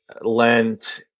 Lent